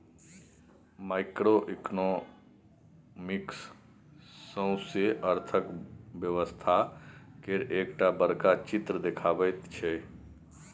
micro economics सौसें अर्थक व्यवस्था केर एकटा बड़का चित्र देखबैत छै